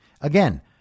Again